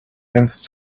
and